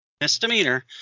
misdemeanor